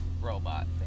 robot